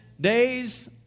days